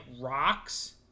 rocks